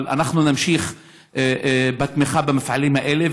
אנחנו נמשיך בתמיכה במפעלים האלה,